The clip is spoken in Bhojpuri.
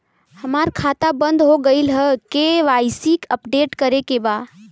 हमार खाता बंद हो गईल ह के.वाइ.सी अपडेट करे के बा?